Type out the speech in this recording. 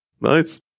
Nice